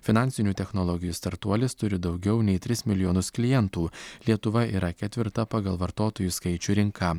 finansinių technologijų startuolis turi daugiau nei tris milijonus klientų lietuva yra ketvirta pagal vartotojų skaičių rinka